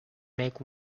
make